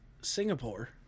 Singapore